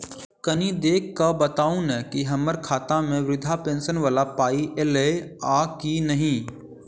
कनि देख कऽ बताऊ न की हम्मर खाता मे वृद्धा पेंशन वला पाई ऐलई आ की नहि?